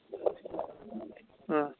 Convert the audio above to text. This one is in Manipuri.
ꯎꯝ